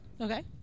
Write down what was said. Okay